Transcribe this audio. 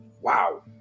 wow